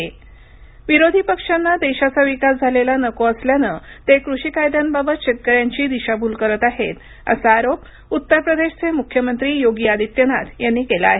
कृषी कायदे विरोधी पक्षांना देशाचा विकास झालेला नको असल्यानं ते कृषी कायद्यांबाबत शेतकऱ्यांची दिशाभूल करत आहेत असा आरोप उत्तर प्रदेशचे मुख्यमंत्री योगी आदित्यनाथ यांनी केला आहे